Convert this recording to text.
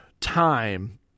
time